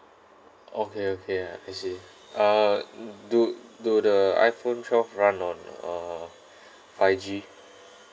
okay okay ah I see uh do do the iPhone twelve run on uh five G